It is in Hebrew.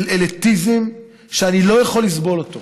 של אליטיזם שאני לא יכול לסבול אותו.